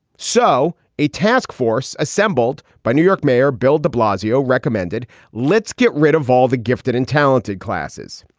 so a task force assembled by new york mayor bill de blasio recommended let's get rid of all the gifted and talented classes.